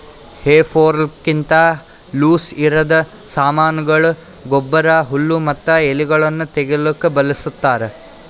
ಹೇ ಫೋರ್ಕ್ಲಿಂತ ಲೂಸಇರದ್ ಸಾಮಾನಗೊಳ, ಗೊಬ್ಬರ, ಹುಲ್ಲು ಮತ್ತ ಎಲಿಗೊಳನ್ನು ತೆಗಿಲುಕ ಬಳಸ್ತಾರ್